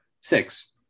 Six